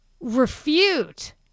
refute